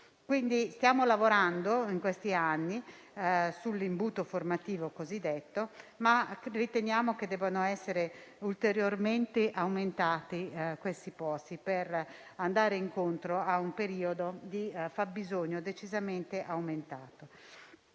stiamo lavorando in questi anni sul cosiddetto imbuto formativo, ma riteniamo che debbano essere ulteriormente aumentati i posti per andare incontro a un periodo di fabbisogno decisamente aumentato.